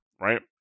right